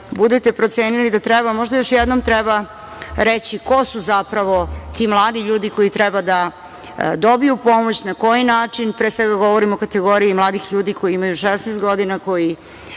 budete procenili da treba, možda još jednom reći ko su zapravo ti mladi ljudi koji treba da dobiju pomoć, na koji način, pre svega govorim o kategoriji mladih ljudi koji imaju 16 godina, koji